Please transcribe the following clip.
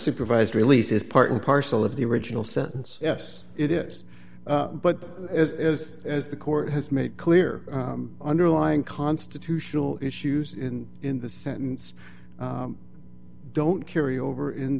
supervised release is part and parcel of the original sentence yes it is but as as the court has made clear underlying constitutional issues in in the sentence don't carry over in